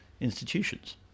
institutions